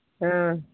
हँ